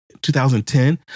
2010